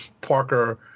parker